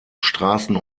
straßen